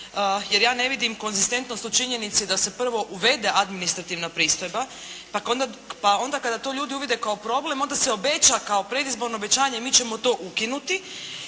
jer ja ne vidim konzistentnost u činjenici da se prvo uvede administrativna pristojba, pa onda kada to ljudi uvide kao problem onda se obeća kao predizborno obećanje mi ćemo to ukinuti